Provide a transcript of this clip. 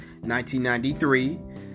1993